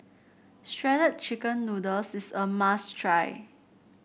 Shredded Chicken Noodles is a must try